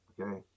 Okay